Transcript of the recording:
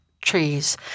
trees